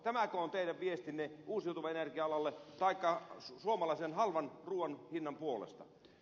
tämäkö on teidän viestinne uusiutuvan energian alalle taikka suomalaisen halvan ruuan hinnan puolesta